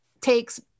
takes